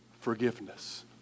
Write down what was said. forgiveness